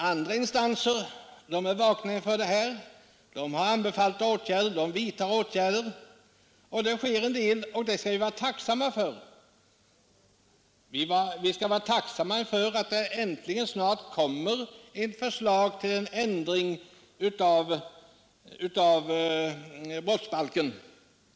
Andra instanser är vakna inför problemen och har anbefallt och även vidtagit åtgärder, och det skall vi vara tacksamma för, liksom också för att det äntligen snart kommer ett förslag till en ändring av brottsbalken.